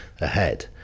ahead